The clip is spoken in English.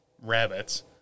rabbits